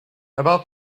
about